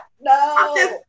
no